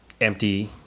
empty